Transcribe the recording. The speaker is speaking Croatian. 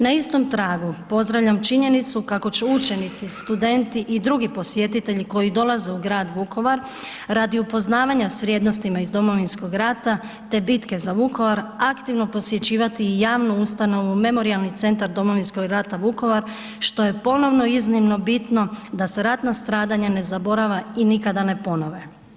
Na istom tragu pozdravljam činjenicu kako će učenici, studenti i drugi posjetitelji koji dolaze u grad Vukovar radi upoznavanja s vrijednostima iz Domovinskog rata te bitke za Vukovar, aktivno posjećivati i javnu ustanovu Memorijalni centar Domovinskog rata Vukovar što je ponovno iznimno bitno da se ratna stradanja ne zaborave i nikada ne ponove.